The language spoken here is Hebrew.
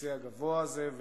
הכיסא הגבוה הזה.